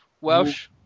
Welsh